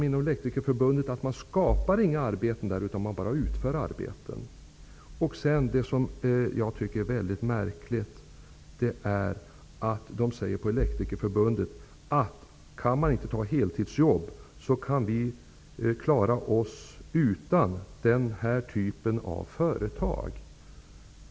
Inom Elektrikerförbundet redogjorde man för att inga arbeten skapas där utan att man bara utför arbeten. Det som jag tycker är så märkligt är att man på Elektrikerförbundet säger: Om man inte kan ta heltidsjobb, kan vi klara oss utan den här typen av företag.